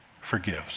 forgives